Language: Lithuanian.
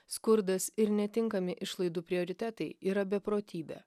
skurdas ir netinkami išlaidų prioritetai yra beprotybė